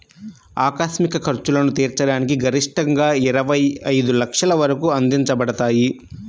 ఆకస్మిక ఖర్చులను తీర్చడానికి గరిష్టంగాఇరవై ఐదు లక్షల వరకు అందించబడతాయి